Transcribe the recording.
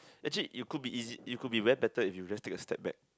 actually you could be easy you could be very better if you just take a step back